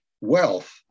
Wealth